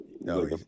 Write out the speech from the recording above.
no